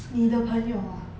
你的朋友啊